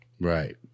Right